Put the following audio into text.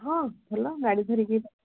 ହଁ ଭଲ ଗାଡ଼ି ଧରିକି